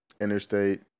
interstate